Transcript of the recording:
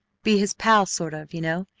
be his pal sort of, you know,